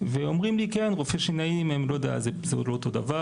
ואומרים לי כן, רופאי שיניים זה לא אותו דבר.